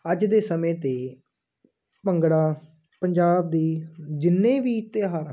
ਅੱਜ ਦੇ ਸਮੇਂ 'ਤੇ ਭੰਗੜਾ ਪੰਜਾਬ ਦੀ ਜਿੰਨੇ ਵੀ ਤਿਉਹਾਰ ਹਨ